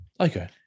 Okay